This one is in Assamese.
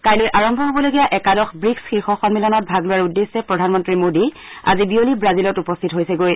কাইলৈ আৰম্ভ হবলগীয়া একাদশ ৱিক্চ শীৰ্ষ সম্মিলনত ভাগ লোৱাৰ উদ্দেশ্যে প্ৰধানমন্ত্ৰী মোডী আজি বিয়লি ৱাজিলত উপস্থিত হৈছেগৈ